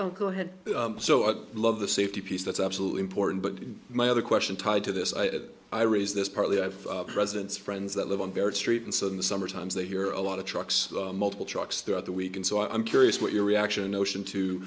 you go ahead so i love the safety piece that's absolutely important but my other question tied to this i raise this partly of president's friends that live on very street and so in the summer times they hear a lot of trucks multiple trucks throughout the week and so i'm curious what your reaction ocean to